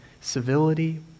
civility